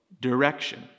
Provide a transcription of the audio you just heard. direction